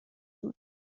دود